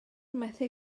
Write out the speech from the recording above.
methu